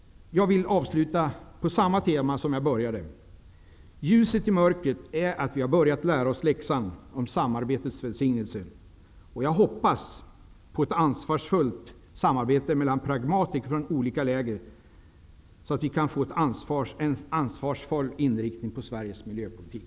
Jag vill avsluta på samma tema som jag började. Ljuset i mörkret är att vi har börjat lära oss läxan om samarbetets välsignelse, och jag hoppas på ett ansvarsfullt samarbete mellan pragmatiker från olika läger, så att vi kan få en ansvarsfull inriktning på Sveriges miljöpolitik.